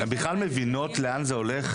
הן בכלל מבינות לאן זה הולך,